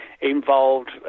involved